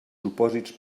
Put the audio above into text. supòsits